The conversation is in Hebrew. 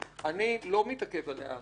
אני לא מתעכב על ההערה החשובה של חברת הכנסת.